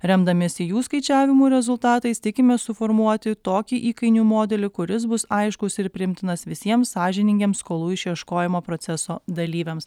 remdamiesi jų skaičiavimų rezultatais tikimės suformuoti tokį įkainių modelį kuris bus aiškus ir priimtinas visiems sąžiningiems skolų išieškojimo proceso dalyviams